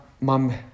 mum